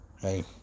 hey